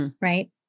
Right